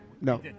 No